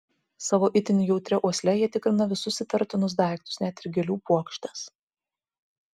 savo itin jautria uosle jie tikrina visus įtartinus daiktus net ir gėlių puokštes